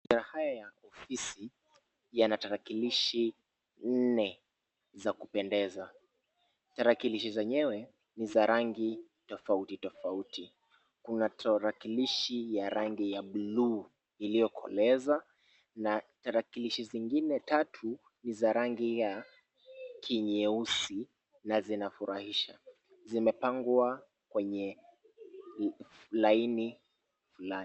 Maeneo haya ya ofisi, yana tarakilishi nne za kupendeza. Tarakilishi zenyewe ni za rangi tofautitofauti. Kuna tarakilishi ya rangi ya bluu iliyokoleza na tarakilishi zingine tatu, ni za rangi ya kinyeusi na zinafurahisha. Zimepangwa kwenye laini lake.